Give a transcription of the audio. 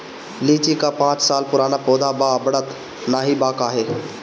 लीची क पांच साल पुराना पौधा बा बढ़त नाहीं बा काहे?